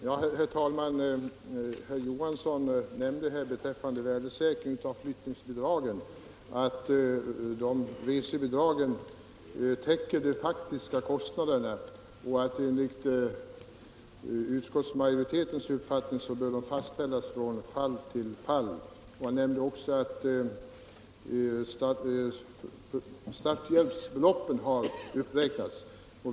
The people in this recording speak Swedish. Herr talman! Herr Johansson i Simrishamn sade beträffande värdesäkring av flyttningsbidragen att resebidragen täcker de faktiska kostnaderna och att de enligt utskottsmajoritetens uppfattning bör fastställas från fall till fall. Han nämnde också att starthjälpsbeloppen har räknats upp.